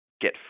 get